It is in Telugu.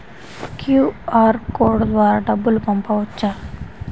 క్యూ.అర్ కోడ్ ద్వారా డబ్బులు పంపవచ్చా?